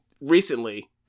recently